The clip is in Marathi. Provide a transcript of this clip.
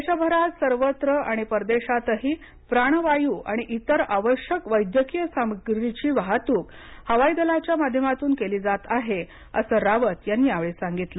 देशभरात सर्वत्र आणि परदेशातही प्राणवायू आणि इतर आवश्यक वैद्यकीय सामग्रीची वाहतूक करण्यसाठी हवाई दलाच्या माध्यमातून केली जात आहे असं रावत यांनी सांगितलं